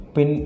Pin